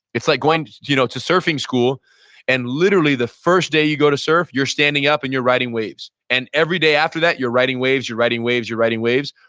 it's like going to you know to surfing school and literally the first day you go to surf, you're standing up and you're riding waves and every day after that you're riding waves. you're riding waves, you're riding waves.